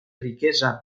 riquesa